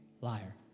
liar